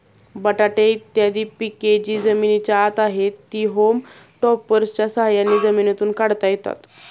बटाटे इत्यादी पिके जी जमिनीच्या आत आहेत, ती होम टॉपर्सच्या साह्याने जमिनीतून काढता येतात